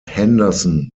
henderson